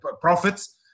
profits